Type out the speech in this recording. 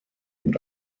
und